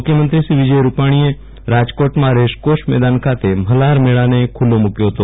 મુખ્યમંત્રી વિજય રૂપાણીએ રાજકોટમાં રેસકોર્સ મેદાન ખાતે મલ્હાર મેળાને ખુલ્લો મુક્યો હતો